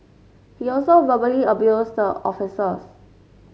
he also verbally abused the officers